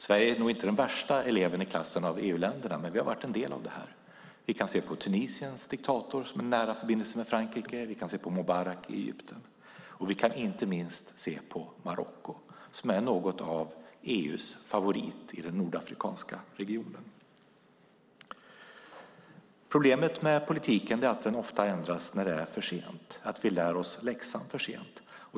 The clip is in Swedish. Sverige är nog inte den värsta eleven i klassen av EU-länderna, men vi har varit en del av det. Vi kan se på Tunisiens diktator, som har en nära förbindelse med Frankrike. Vi kan se på Mubarak i Egypten. Och vi kan inte minst se på Marocko, som är något av EU:s favorit i den nordafrikanska regionen. Problemet med politiken är att den ofta ändras när det är för sent. Vi lär oss läxan för sent.